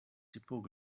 depot